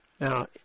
Now